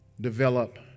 develop